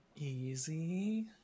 Easy